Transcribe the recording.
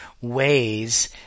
ways